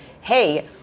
hey